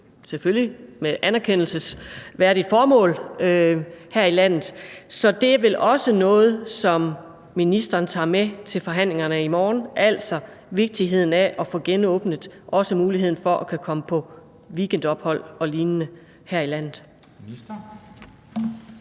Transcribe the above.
selvfølgelig med et anerkendelsesværdigt formål. Så det er vel også noget, som ministeren tager med til forhandlingerne i morgen, altså vigtigheden af at få genåbnet og også muligheden for at kunne komme på weekendophold og lignende her i landet.